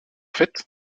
fait